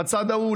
בצד ההוא,